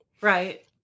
Right